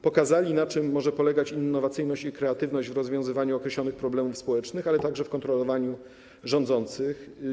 Pokazali, na czym może polegać innowacyjność i kreatywność w rozwiązywaniu określonych problemów społecznych, ale także w kontrolowaniu rządzących.